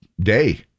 day